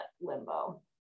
limbo